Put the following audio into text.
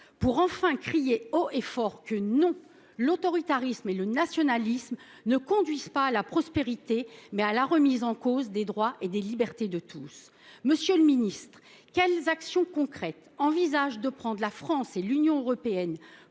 qui crient haut et fort que l’autoritarisme et le nationalisme conduisent non pas à la prospérité, mais à la remise en cause des droits et des libertés de tous. Monsieur le ministre, quelles actions concrètes envisagent de prendre la France et l’Union européenne